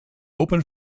open